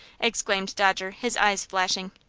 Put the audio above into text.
exclaimed dodger, his eyes flashing.